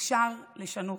אפשר לשנות,